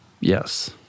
Yes